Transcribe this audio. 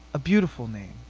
a beautiful name.